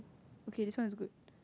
okay this one is good